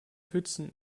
pfützen